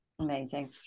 amazing